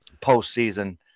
postseason